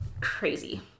Crazy